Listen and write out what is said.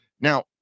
now